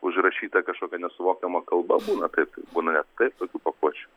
užrašyta kažkokia nesuvokiama kalba būna taip būna net taip tokių pakuočių